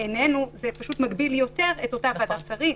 בעינינו זה פשוט מגביל יותר את אותה החלטת שרים,